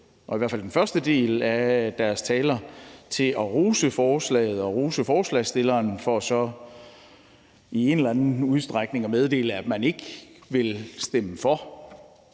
og i hvert fald den første del af deres taler på at rose forslaget og rose forslagsstillerne for så i en eller anden udstrækning at meddele, at man ikke vil stemme for.